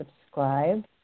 subscribe